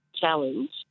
challenge